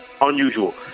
Unusual